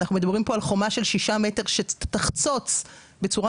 אנחנו מדברים על חומה של שישה מטר שתחצוץ בצורה